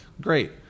Great